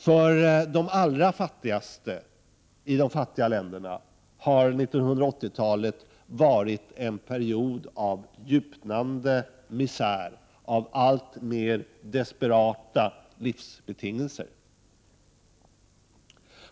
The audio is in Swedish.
För de allra fattigaste människorna i de fattiga länderna har 1980-talet varit en period av djupnande misär och av alltmer desperata livsbetingelser.